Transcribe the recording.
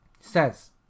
says